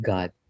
God